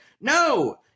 no